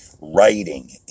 writing